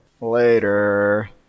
Later